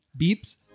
Beeps